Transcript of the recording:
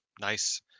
nice